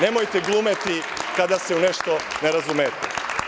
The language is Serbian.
Nemojte glumiti kada se u nešto ne razumete.